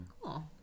cool